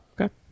Okay